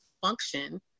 function